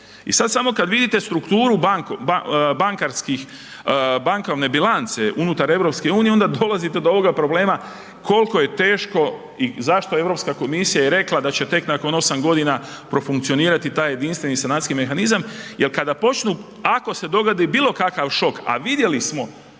i sad samo kad vidite strukturu bankarskih, bankovne bilance unutar EU, onda dolazite do ovoga problema koliko je teško i zašto EU komisija je rekao da će tek nakon 8 godina profunkcionirati taj Jedinstveni sanacijski mehanizam jer kada počnu, ako se dogodi bilo kakav šok, a vidjeli smo